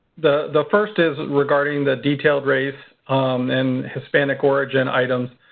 the the first is regarding the detailed race and hispanic origin items.